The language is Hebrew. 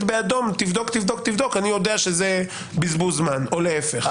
באדום תבדוק - אני יודע שזה בזבוז זמן או להפך.